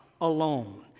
alone